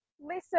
listen